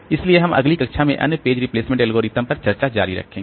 इसलिए हम अगली कक्षा में अन्य पेज रिप्लेसमेंट एल्गोरिदम पर चर्चा जारी रखेंगे